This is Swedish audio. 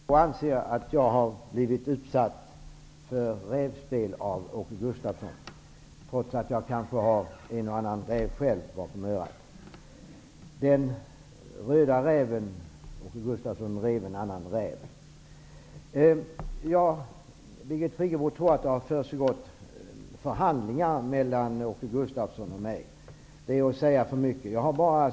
Fru talman! Birgit Friggebo anser att jag har blivit utsatt för rävspel av Åke Gustavsson, trots att jag själv kanske har en och annan räv bakom örat. Den röda räven, Åke Gustavsson, rev en annan räv. Birgit Friggebo tror att det har försiggått förhandlingar mellan Åke Gustavsson och mig. Det är att säga för mycket.